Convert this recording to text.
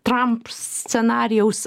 tramp scenarijaus